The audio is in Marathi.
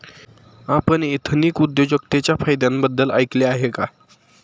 आपण एथनिक उद्योजकतेच्या फायद्यांबद्दल ऐकले आहे का?